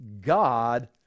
God